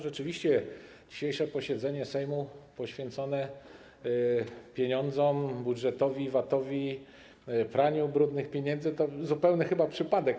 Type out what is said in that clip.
Rzeczywiście dzisiejsze posiedzenie Sejmu poświęcone pieniądzom, budżetowi, VAT-owi, praniu brudnych pieniędzy to chyba zupełny przypadek.